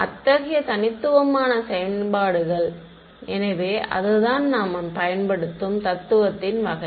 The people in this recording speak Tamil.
அத்தகைய தனித்துவமான செயல்பாடுகள் எனவே அதுதான் நாம் பயன்படுத்தும் தத்துவத்தின் வகை